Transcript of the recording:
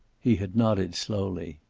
he had nodded slowly.